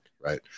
Right